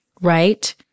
Right